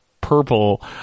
purple